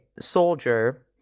soldier